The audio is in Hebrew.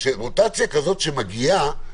שמוטציה כזו שמגיעה,